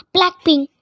Blackpink